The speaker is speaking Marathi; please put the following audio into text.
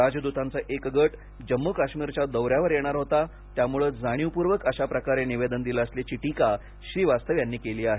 राजदूतांचा एक गट जम्मू काश्मीरच्या दौर्यावर येणार होता त्यामुळे जाणीवपूर्वक अशाप्रकारे निवेदन दिलं असल्याची टीका श्रीवास्तव यांनी केली आहे